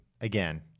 again